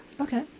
Okay